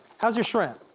how's your shrimp?